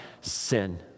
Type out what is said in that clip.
sin